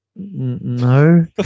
No